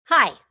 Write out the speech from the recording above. Hi